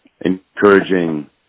encouraging